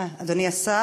אה, אדוני השר,